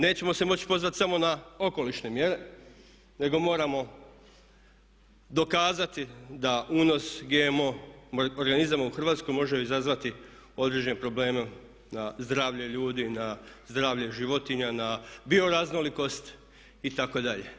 Nećemo se moći pozvati samo na okolišne mjere, nego moramo dokazati da unos GMO organizama u Hrvatskoj može izazvati određene probleme na zdravlje ljudi, na zdravlje životinja, na bioraznolikost itd.